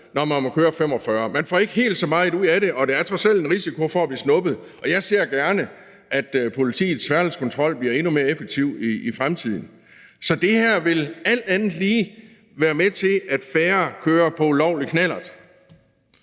knallert 30. Man får ikke helt så meget ud af det, og der er trods alt en risiko for at blive snuppet, og jeg ser gerne, at politiets færdselskontrol bliver endnu mere effektiv i fremtiden. Så det her vil alt andet lige være med til, at færre kører på ulovlig knallert.